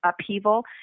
upheaval